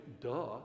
duh